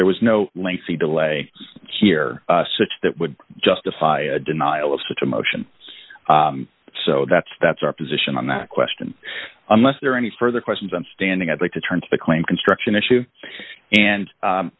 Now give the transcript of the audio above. there was no lengthy delay here such that would justify a denial of such a motion so that's that's our position on that question unless there are any further questions i'm standing i'd like to turn to the claim construction issue and